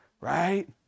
Right